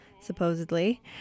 supposedly